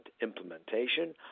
implementation